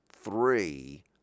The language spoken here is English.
three